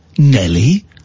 Nelly